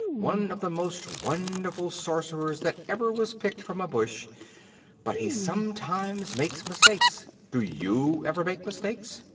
one of the most wonderful sorcerers that ever was picked from a bush but he sometimes makes mistakes. do you ever make mistakes?